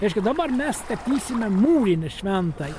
reiškia dabar mes statysime mūrinę šventąj